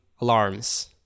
alarms